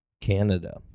Canada